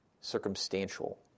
circumstantial